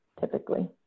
typically